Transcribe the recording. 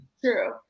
true